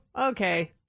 Okay